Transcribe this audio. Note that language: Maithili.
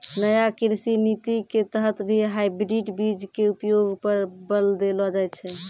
नया कृषि नीति के तहत भी हाइब्रिड बीज के उपयोग पर बल देलो जाय छै